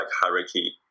hierarchy